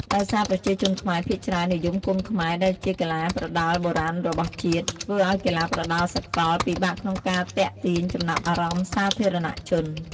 ដោយសារប្រជាជនខ្មែរភាគច្រើននិយមគុនខ្មែរដែលជាកីឡាប្រដាល់បុរាណរបស់ជាតិ ធ្វើឲ្យកីឡាប្រដាល់សកលពិបាកក្នុងការទាក់ទាញចំណាប់អារម្មណ៍សាធារណជន។